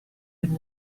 been